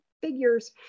figures